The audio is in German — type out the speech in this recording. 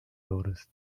würdest